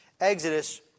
Exodus